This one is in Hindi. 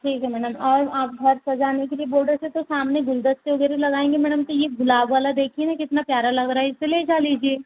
ठीक है मैडम और आप घर सजाने के लिए बोल रहे थे तो सामने गुलदस्ते वगैरह लगाएँगे मैडम तो यह गुलाब वाला देखिए न कितना प्यारा लग रहा है इसे लेजा लीजिए